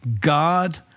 God